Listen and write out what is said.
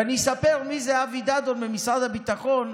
ואני אספר מי זה אבי דדון במשרד הביטחון,